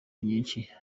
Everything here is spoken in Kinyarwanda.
nyinshi